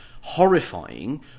horrifying